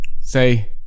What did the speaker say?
Say